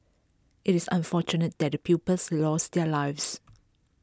IT is unfortunate that the pupils lost their lives